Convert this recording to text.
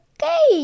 Okay